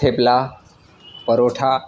thepla paratha